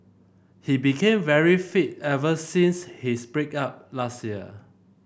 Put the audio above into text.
he became very fit ever since his break up last year